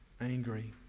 angry